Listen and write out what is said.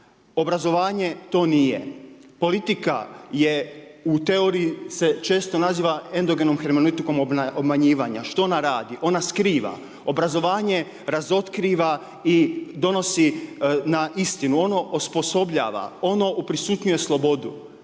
Obrazovanje to nije. Politika je u teoriji se često naziva endogenom hermanitikom obmanjivanja. Što ona radi? Ona skriva. Obrazovanje razotkriva i donosi na istinu, ono osposobljava, ono uprisutnjuje slobodu.